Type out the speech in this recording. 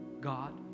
God